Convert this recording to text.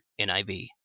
NIV